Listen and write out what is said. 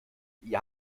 ihr